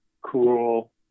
cool